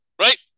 right